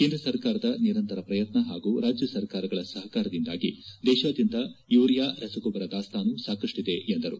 ಕೇಂದ್ರ ಸರ್ಕಾರದ ನಿರಂತರ ಪ್ರಯತ್ನ ಹಾಗೂ ರಾಜ್ಯ ಸರ್ಕಾರಗಳ ಸಹಾರದಿಂದಾಗಿ ದೇಶಾದ್ಯಂತ ಯೂರಿಯಾ ರಸಗೊಬ್ಬರ ದಾಸ್ತಾನು ಸಾಕಷ್ಟಿದೆ ಎಂದು ಹೇಳಿದರು